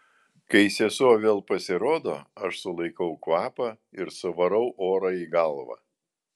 kai sesuo vėl pasirodo aš sulaikau kvapą ir suvarau orą į galvą